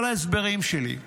כל ההסברים שלי,